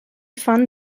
fan